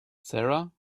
sara